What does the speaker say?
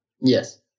Yes